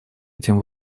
этим